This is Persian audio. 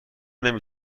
نمی